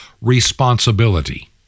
responsibility